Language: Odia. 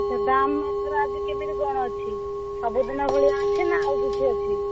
ଆଛା ଦାମ୍ ମାଛର ଆଜି କେମିତି କଣ ଅଛି ସବୁଦିନ ଭଳିଆ ଅଛି ନା ଆଉ କିଛି ଅଛି